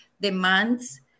demands